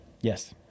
Yes